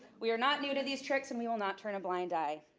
we are not new to these tricks and we will not turn a blind eye.